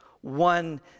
one